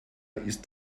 ist